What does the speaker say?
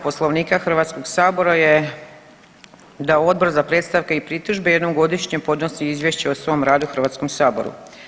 Poslovnika Hrvatskog sabora je da Odbor za predstavke i pritužbe jednom godišnje podnosi izvješće o svom radu Hrvatskom saboru.